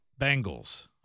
Bengals